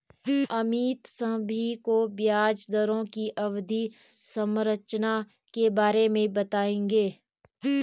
अमित सभी को ब्याज दरों की अवधि संरचना के बारे में बताएंगे